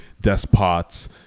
despots